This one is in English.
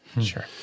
Sure